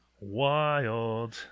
Wild